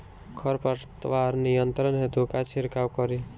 खर पतवार नियंत्रण हेतु का छिड़काव करी?